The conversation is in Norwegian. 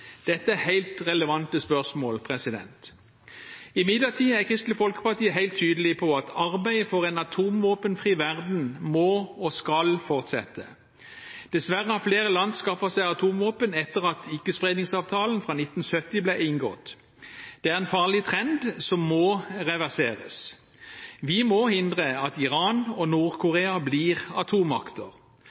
Dette er helt relevante spørsmål. Imidlertid er Kristelig Folkeparti helt tydelig på at arbeidet for en atomvåpenfri verden må og skal fortsette. Dessverre har flere land skaffet seg atomvåpen etter at Ikkespredningsavtalen fra 1970 ble inngått. Det er en farlig trend som må reverseres. Vi må hindre at Iran og Nord-Korea blir atommakter,